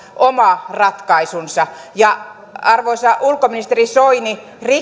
oma ratkaisunsa arvoisa ulkoministeri soini